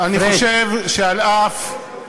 אני חושב שעל אף, בעזרת ראש הממשלה.